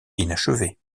inachevée